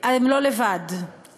הם לא לבד באפליה,